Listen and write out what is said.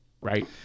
right